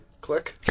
Click